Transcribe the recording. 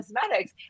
cosmetics